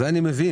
את זה אני מבין,